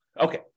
Okay